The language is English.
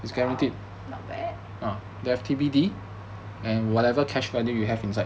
not bad